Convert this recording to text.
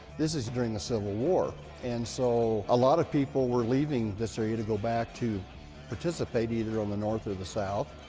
this is during the civil war and so a lot of people were leaving this area to go back to participate either on the north or the south,